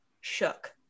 shook